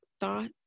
thought